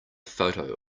photo